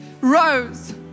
rose